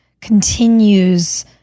continues